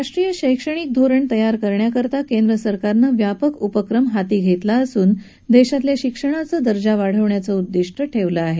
राष्ट्रीय शैक्षणिक धोरण तयार करण्याकरता केंद्रसरकारनं व्यापक उपक्रम हाती घेतला असून देशातल्या शिक्षणाचा दर्जा वाढवण्याचं उद्दिष्ट ठेवलं आहे